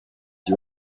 you